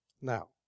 Now